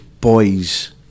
boys